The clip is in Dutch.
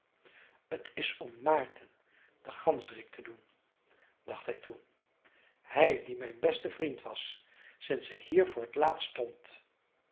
t is om maarten den ganzerik te doen dacht hij toen hij die mijn beste vriend was sinds ik hier voor t laatst